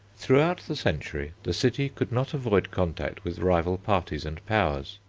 throughout the century the city could not avoid contact with rival parties and powers.